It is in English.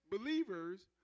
believers